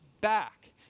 back